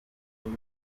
rero